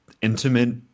intimate